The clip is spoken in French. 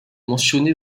mentionné